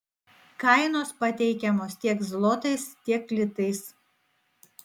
kainos pateikiamos tiek zlotais tiek litais